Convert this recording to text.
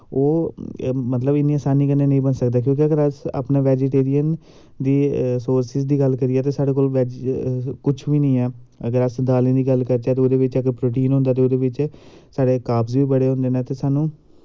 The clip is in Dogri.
ओह् मतलव इन्नी असानी कन्नै नेंई बनी सकदा क्योंकि अगर अस अपने बैजीटेरियन दी सोर्सिस दी गल्ल करगे तां साढ़े कोल बैज्ज कुछ बी नी ऐ अगर अस दालीं दा गल्ल करचै ते ओह्दे बिच्च अगर प्रोटीन होंदा ते ओह्दे बिच्च साढ़े काज़ू बड़े होंदे न ते स्हानू